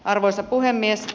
arvoisa puhemies